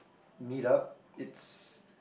meet up it's